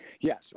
Yes